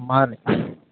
morning